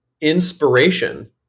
inspiration